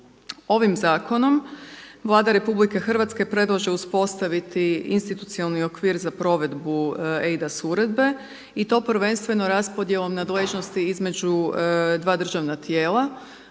Ovim zakonom Vlada RH predlaže uspostaviti institucionalni okvir za provedbu eIDAS uredbe i to prvenstveno raspodjelom nadležnosti između dva državna tijela.